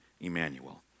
Emmanuel